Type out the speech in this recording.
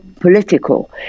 political